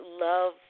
love